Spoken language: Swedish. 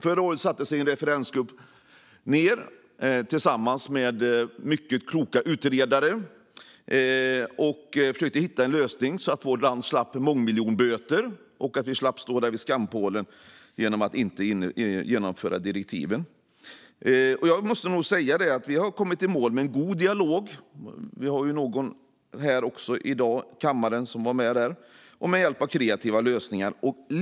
Förra året satte sig en referensgrupp ned tillsammans med mycket kloka utredare och försökte att hitta en lösning så att vårt land slapp mångmiljonböter och att vi slapp stå vid skampålen för att vi inte hade genomfört direktiven. Vi har kommit i mål genom en god dialog, och det finns också någon här i dag i kammaren som var med där, och med hjälp av kreativa lösningar.